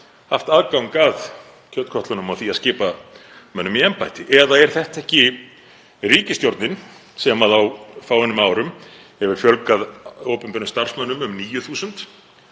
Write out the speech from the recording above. haft aðgang að kjötkötlunum og því að skipa mönnum í embætti. Eða er þetta ekki ríkisstjórnin sem á fáeinum árum hefur fjölgað opinberum starfsmönnum um 9.000